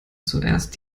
zuerst